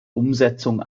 umsetzung